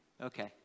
Okay